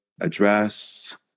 address